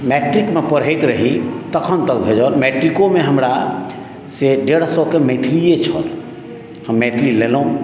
मैट्रिकमे पढैत रही तखन तक भेटल मैट्रिकोमे हमरा डेढ़ सएके मैथिलिये छल हम मैथिली लेलहुँ